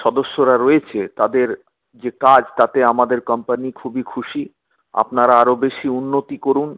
সদস্যরা রয়েছে তাদের যে কাজ তাতে আমাদের কম্পানি খুবই খুশি আপনারা আরও বেশী উন্নতি করুন